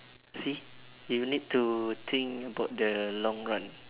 see you need to think about the long run